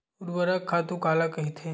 ऊर्वरक खातु काला कहिथे?